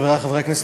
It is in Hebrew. חברי חברי הכנסת,